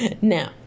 Now